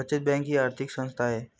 बचत बँक ही आर्थिक संस्था आहे